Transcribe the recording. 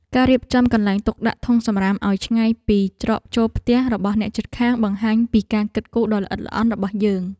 ការរៀបចំកន្លែងទុកដាក់ធុងសំរាមឱ្យឆ្ងាយពីច្រកចូលផ្ទះរបស់អ្នកជិតខាងបង្ហាញពីការគិតគូរដ៏ល្អិតល្អន់របស់យើង។